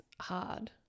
hard